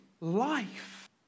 life